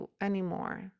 anymore